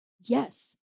Yes